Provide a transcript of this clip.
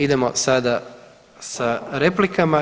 Idemo sada sa replikama.